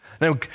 Now